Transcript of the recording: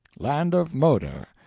land of moder.